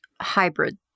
hybrid